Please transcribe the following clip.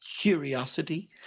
curiosity